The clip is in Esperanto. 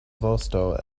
vosto